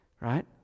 Right